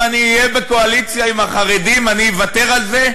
אני אהיה בקואליציה עם החרדים אני אוותר על זה?